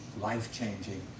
life-changing